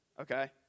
okay